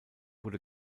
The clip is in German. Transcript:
wurde